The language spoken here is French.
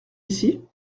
ici